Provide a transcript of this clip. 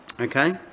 Okay